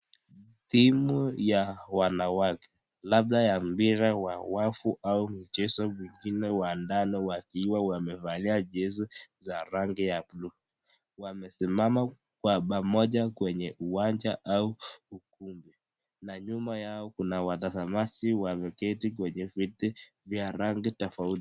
Timu ya wanawake labda ya mpira wa wafuu au michezo mwingine wa ndani wakiwa na wamevalia jezi za rangi ya buluu. Wamesimama kwa pamoja kwenye uwanja au ukumbi na nyuma yao kuna watazamaji wameketi kwenye viti vya rangi tofauti.